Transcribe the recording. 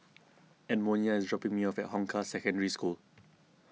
Edmonia is dropping me off at Hong Kah Secondary School